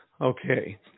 Okay